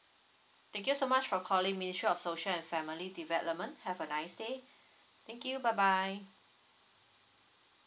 thank you so much for calling ministry of social and family development have a nice day thank you bye bye